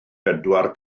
bedwar